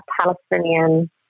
Palestinian